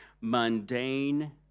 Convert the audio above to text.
mundane